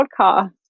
Podcast